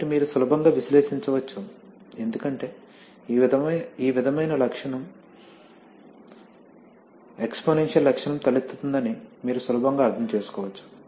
కాబట్టి మీరు సులభంగా విశ్లేషించవచ్చు ఎందుకంటే ఈ విధమైన లక్షణం ఎక్స్పోనెన్షియల్ లక్షణం తలెత్తుతుందని మీరు సులభంగా అర్థం చేసుకోవచ్చు